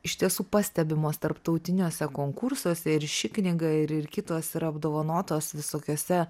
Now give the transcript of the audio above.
iš tiesų pastebimos tarptautiniuose konkursuose ir ši knyga ir ir kitos yra apdovanotos visokiuose